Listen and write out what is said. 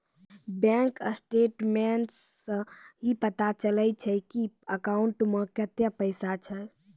bank statements सं ही पता चलै छै की अकाउंटो मे कतै पैसा छै